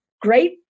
great